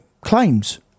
claims